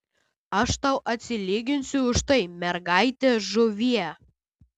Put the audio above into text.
aš tau atsilyginsiu už tai mergaite žuvie